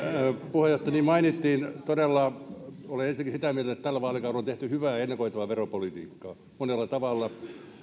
puheenjohtaja niin mainittiin todella olen ensinnäkin sitä mieltä että tällä vaalikaudella on tehty hyvää ja ennakoitavaa veropolitiikkaa monella tavalla